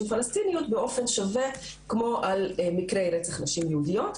פלשתינאיות באפן שווה כמו על מקרי רצח נשים יהודיות.